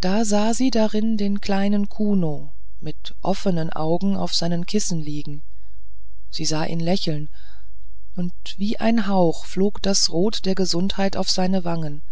da sah sie darin den kleinen kuno mit offenen augen auf seinem kissen liegen sie sah ihn lächeln und wie ein hauch flog das rot der gesundheit auf seine wangen